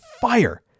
fire